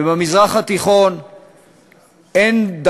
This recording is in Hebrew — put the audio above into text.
מפתיע, לא עשית